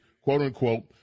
quote-unquote